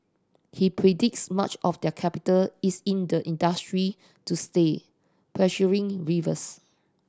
he predicts much of their capital is in the industry to stay pressuring rivals